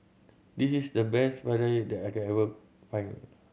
this is the best vadai that I can find